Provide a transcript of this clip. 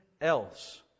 else